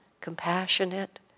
compassionate